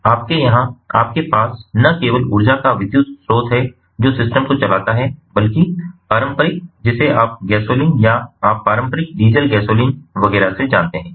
तो आपके यहाँ आपके पास न केवल ऊर्जा का विद्युत स्रोत है जो सिस्टम को चलाता है बल्कि पारंपरिक जिसे आप गैसोलीन या आप पारंपरिक डीजल गैसोलीन वगैरह से जानते हैं